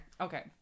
Okay